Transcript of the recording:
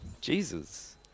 Jesus